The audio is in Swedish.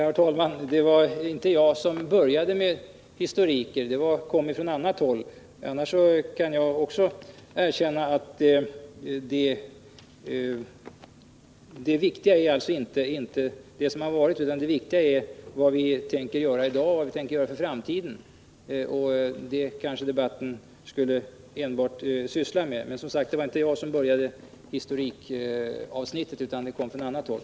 Herr talman! Jag tycker att det viktiga inte är det som varit, utan det viktiga är vad vi tänker göra i dag och för framtiden. Debatten skulle kanske enbart syssla med det. Men det var inte jag som började historikavsnittet, utan det kom från annat håll.